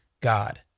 God